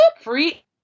free